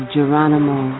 Geronimo